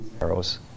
arrows